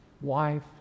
wife